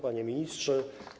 Panie Ministrze!